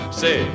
say